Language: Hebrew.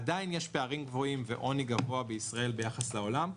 עדיין יש פערים גבוהים ועוני גבוה בישראל ביחס לעולם.